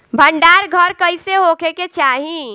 भंडार घर कईसे होखे के चाही?